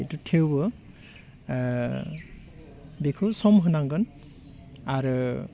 बेथ' थेवबो बेखौ सम होनांगोन आरो